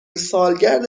سالگرد